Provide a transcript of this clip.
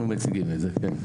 אנחנו מציגים את זה, כן.